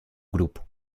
grupo